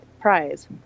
prize